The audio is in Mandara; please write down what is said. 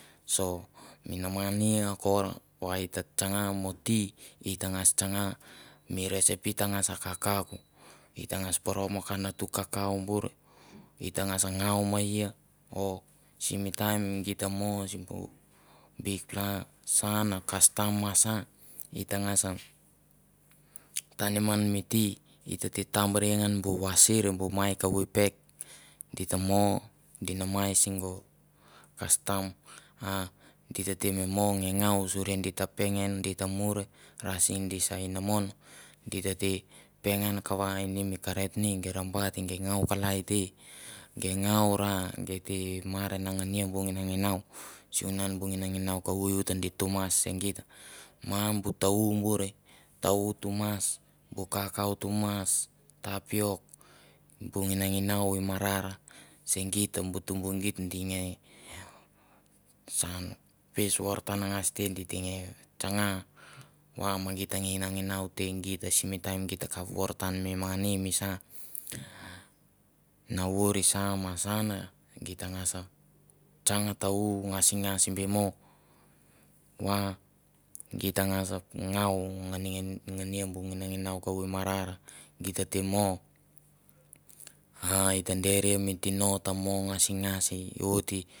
So mi mana ni akor va i ta tsanga mo tea, i tangas tsanga mi recipe tangas i kakauk, i tangas poro mo ka natu kakau bur, i tangas ngau me i, o simi taim git ta mo simbu bikpla san kastam ma sa i tangas tanim ngan mi tea i tete tambre ngan bu vasir bu mai kavu pek, di ta mo, do namai sego kastam, a di tete mi mo me ngau suri di ta pengen, di ta muir ra se di sa inamon di ta te pengan va ini mi kerot ni gei ra bat gei ngau kalai te, gei ngau ra gei te mar na ngania bu nginanginau, sivunan bu nginanginau kavu ut di tumas se geit, ma bu tau bure ta- u tumas bu kakau tumas, tapiok bu nginanginau i marar se geit bu tumbu geit gi nge saunu ves vorotan ngas te di te nge tsanga va me git nginanginau te git sim taim i takap voratan mi mani misa na voir sa ma sa an, git tangas tsang ta- u ngasingas be mo va git tanags ngau nge ngania bu nginanginau kavu i marar, gito te mo a i te derie mi tino ta mo ngasingas i oti